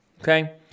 Okay